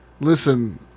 listen